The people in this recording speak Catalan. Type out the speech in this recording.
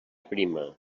prima